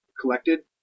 Collected